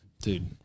dude